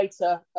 later